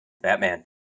Batman